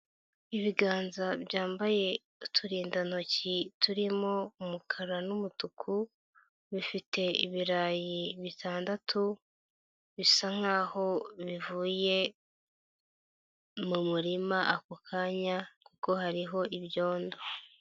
Ibiganza byambaye uturindantoki turimo umukara n'umutuku, bifite ibirayi bitandatu, bisa nkaho bivuye mu murima ako kanya kuko hariho ibyondo.